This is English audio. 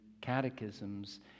catechisms